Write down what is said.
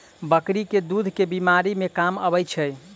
बकरी केँ दुध केँ बीमारी मे काम आबै छै?